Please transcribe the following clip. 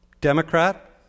Democrat